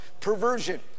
perversion